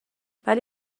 ولی